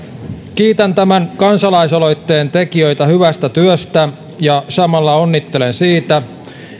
kiitän tämän kansalaisaloitteen tekijöitä hyvästä työstä ja samalla onnittelen siitä